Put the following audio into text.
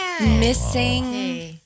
Missing